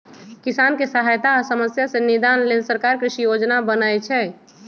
किसानके सहायता आ समस्या से निदान लेल सरकार कृषि योजना बनय छइ